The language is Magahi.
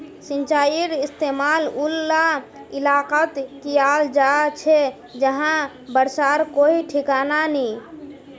सिंचाईर इस्तेमाल उला इलाकात कियाल जा छे जहां बर्षार कोई ठिकाना नी